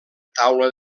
taula